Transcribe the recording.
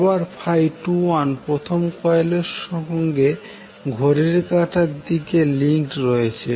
আবার 21প্রথম কয়েলের সঙ্গে ঘড়ির কাটার দিকে লিঙ্কড রয়েছে